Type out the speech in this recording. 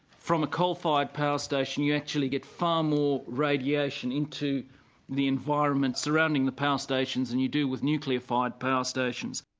from a coal fired power station you actually get far more radiation into the environment surrounding the power stations than you do with nuclear fired power stations.